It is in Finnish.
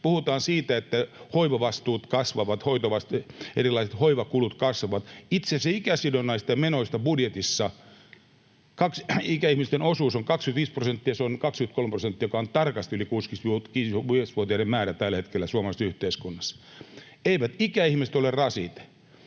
Puhutaan siitä, että hoivavastuut kasvavat, erilaiset hoivakulut kasvavat. Itse asiassa ikäsidonnaisista menoista budjetissa ikäihmisten osuus on 25 prosenttia — 23 prosenttia on tarkasti yli 65-vuotiaiden määrä tällä hetkellä suomalaisessa yhteiskunnassa. Eivät ikäihmiset ole rasite.